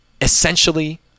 essentially